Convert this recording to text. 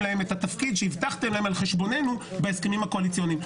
להם את התפקיד שהבטחתם להם על חשבוננו בהסכמים הקואליציוניים.